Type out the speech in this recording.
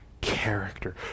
character